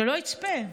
שלא יצפה.